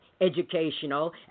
educational